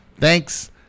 Thanks